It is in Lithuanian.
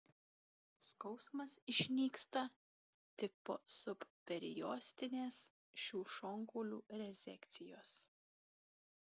skausmas išnyksta tik po subperiostinės šių šonkaulių rezekcijos